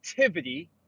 activity